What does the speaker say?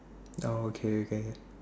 oh okay okay okay